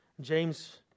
James